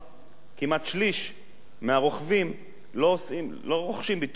כמעט שליש מהרוכבים לא רוכשים ביטוח חובה,